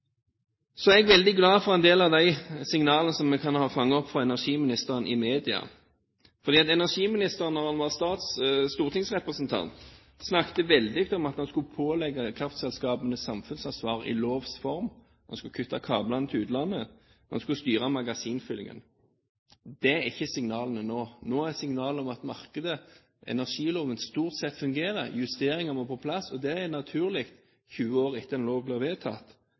Så er jeg veldig glad for en del av de signalene som jeg kan ha fanget opp fra energiministeren i media, fordi energiministeren da han var stortingsrepresentant, snakket veldig mye om at man skulle pålegge kraftselskapene samfunnsansvar i lovs form. Man skulle kutte kablene til utlandet. Man skulle styre magasinfyllingene. Det er ikke signalene nå. Nå er signalet at markedet, energiloven, stort sett fungerer, justeringer må på plass, og det er naturlig 20 år etter en lov ble vedtatt.